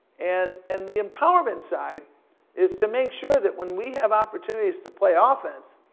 and and the empowerment side is to make sure that when we have opportunities to play ah offense,